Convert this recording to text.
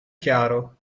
chiaro